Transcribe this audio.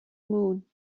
moon